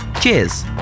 Cheers